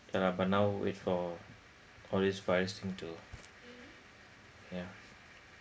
ah but now wait for all this virus thing to yeah